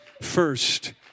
first